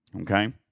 Okay